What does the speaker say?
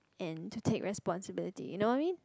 and to take responsibility you know what I mean